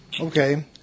Okay